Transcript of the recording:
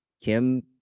Kim